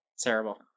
Terrible